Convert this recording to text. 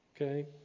okay